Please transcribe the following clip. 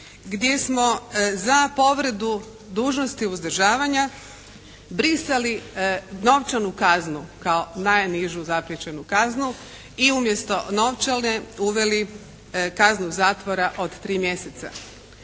gdje smo za povredu dužnosti uzdržavanja brisali novčanu kaznu kao najnižu … /Govornica se ne razumije./ … kaznu i umjesto novčane uveli kaznu zatvora od 3 mjeseca.